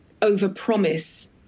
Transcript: overpromise